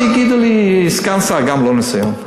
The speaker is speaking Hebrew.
אז יגידו לי, סגן שר, גם לא ניסיון.